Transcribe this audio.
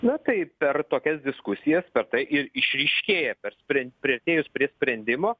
na tai per tokias diskusijas per tai ir išryškėja per sprin priartėjus prie sprendimo